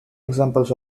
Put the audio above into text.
examples